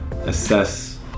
Assess